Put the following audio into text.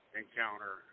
encounter